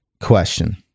question